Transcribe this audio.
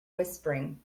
whispering